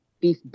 beef